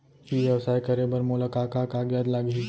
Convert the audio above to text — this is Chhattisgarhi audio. ई व्यवसाय करे बर मोला का का कागजात लागही?